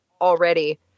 already